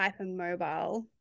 hypermobile